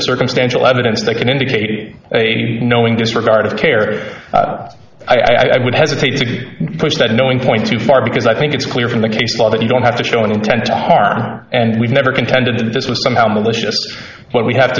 circumstantial evidence that can indicate a knowing disregard of character i would hesitate to push that knowing point too far because i think it's clear from the case law that you don't have to show an intent to harm and we've never contended that this was somehow malicious but we have to